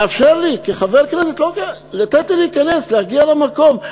לאפשר לי, כחבר כנסת, לתת לי להיכנס, להגיע למקום.